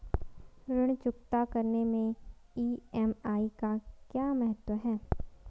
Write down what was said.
ऋण चुकता करने मैं ई.एम.आई का क्या महत्व है?